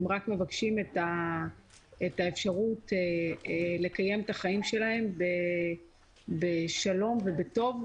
הם רק מבקשים את האפשרות לקיים את חייהם בשלום ובטוב,